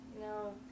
No